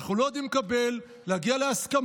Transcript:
אנחנו לא יודעים לקבל, להגיע להסכמות.